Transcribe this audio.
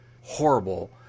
horrible